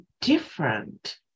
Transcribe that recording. different